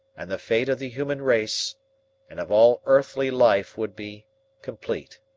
and the fate of the human race and of all earthly life would be complete.